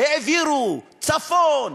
העבירו צפון,